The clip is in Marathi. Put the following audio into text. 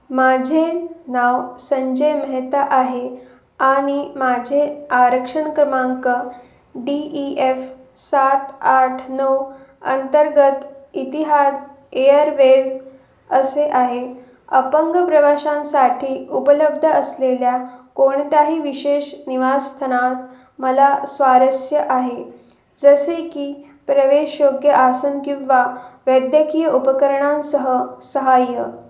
माझे नाव संजय मेहेता आहे आणि माझे आरक्षण क्रमांक डी ई एफ सात आठ नऊ अंतर्गत इतिहाद एअरवेज असे आहे अपंग प्रवाशांसाठी उपलब्ध असलेल्या कोणत्याही विशेष निवासस्थानात मला स्वारस्य आहे जसे की प्रवेशयोग्य आसन किंवा वैद्यकीय उपकरणांसह सहाय्य